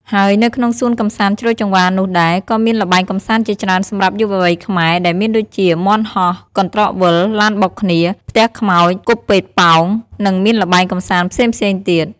ហើយនៅក្នុងសួនកំសាន្តជ្រោយចង្វានោះដែរ ក៏មានល្បែងកំសាន្តជាច្រើនសម្រាប់យុវវ័យខ្មែរ ដែលមានដូចជា មាន់ហោះ កន្ត្រកវិល ឡានបុកគ្នា ផ្ទះខ្មោច គប់ប៉េងប៉ោង និងមានល្បែងកំសាន្តផ្សេងៗទៀត។